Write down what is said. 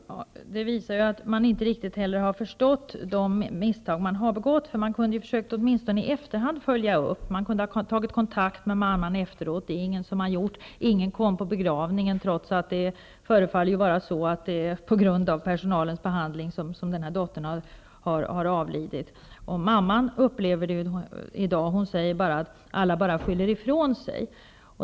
Herr talman! Det visar ju att man inte riktigt har förstått de misstag man har begått. Man kunde åtminstone ha försökt att i efterhand följa upp frågan. Man hade kunnat kontakta mamman i efterhand. Ingen har gjort det. Ingen kom på begravningen, trots att det förefaller vara på grund av personalens behandling som dottern har avlidit. Mamman säger att alla bara skyller ifrån sig.